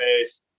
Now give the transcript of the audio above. face